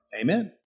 amen